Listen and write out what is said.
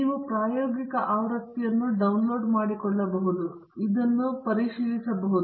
ನೀವು ಪ್ರಾಯೋಗಿಕ ಆವೃತ್ತಿಯನ್ನು ಡೌನ್ಲೋಡ್ ಮಾಡಿಕೊಳ್ಳಬಹುದು ಮತ್ತು ಇದನ್ನು ನಿಮಗಾಗಿ ಪರಿಶೀಲಿಸಬಹುದು